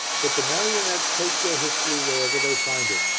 but the marionettes take their history wherever they find it.